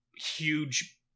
huge